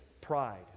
pride